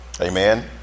Amen